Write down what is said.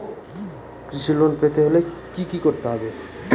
কৃষি লোন পেতে হলে কি করতে হবে?